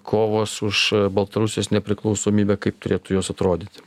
kovos už baltarusijos nepriklausomybę kaip turėtų jos atrodyti